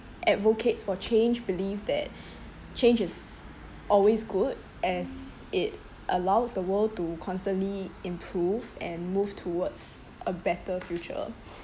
advocates for change believe that change is always good as it allows the world to constantly improve and move towards a better future